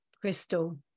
crystal